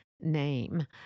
name